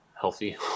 healthy